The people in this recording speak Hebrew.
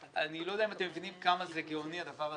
אני לא יודע אם אתם מבינים כזה זה גאוני הדבר הזה,